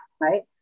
right